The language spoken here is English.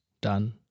done